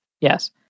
Yes